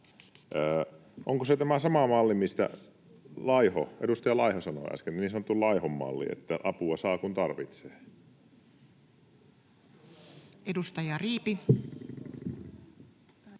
Onko se tämä sama malli, mistä edustaja Laiho sanoi äsken — niin sanottu Laihon malli — että apua saa, kun tarvitsee? Edustaja Riipi.